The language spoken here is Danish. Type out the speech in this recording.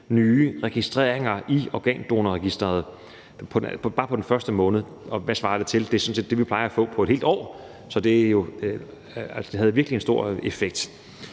nye registreringer i organdonorregisteret – bare på den første måned. Og hvad svarer det til? Det er sådan set det, vi plejer at få på et helt år, så det havde virkelig en stor effekt.